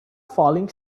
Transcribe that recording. falling